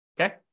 Okay